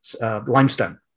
limestone